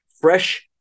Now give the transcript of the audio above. fresh